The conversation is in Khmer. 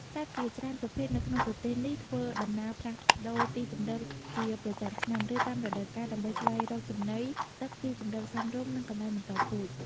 សត្វជាច្រើនប្រភេទនៅក្នុងប្រទេសនេះធ្វើដំណើរផ្លាស់ប្តូរទីជម្រកជាប្រចាំឆ្នាំ ឬតាមរដូវកាល ដើម្បីស្វែងរកចំណី ទឹក ទីជម្រកសមរម្យ និងកន្លែងបន្តពូជ។